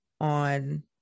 on